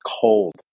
cold